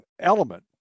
element